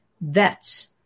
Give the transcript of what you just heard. vets